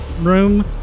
room